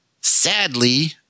sadly